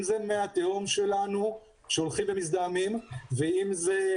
אם זה מי התהום שלנו שהולכים ומזדהמים ואם זה